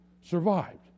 survived